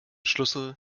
schlüssel